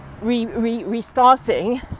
restarting